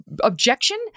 objection